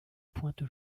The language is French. pointe